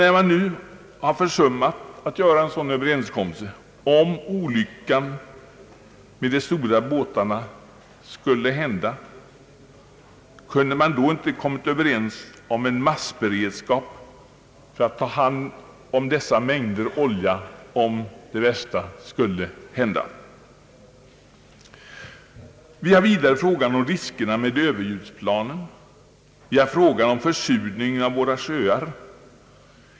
När man nu har försummat att träffa en sådan överenskommelse, kunde man då inte ha kommit överens om en gemensam massberedskap för att ta hand om dessa mängder av olja, om det värsta skulle hända? Vi har vidare frågan om riskerna med överljudsplanen. Vi har frågan om försurningen av våra sjöar.